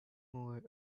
more